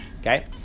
Okay